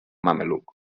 mameluc